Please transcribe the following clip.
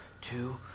two